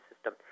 system